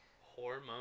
Hormone